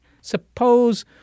Suppose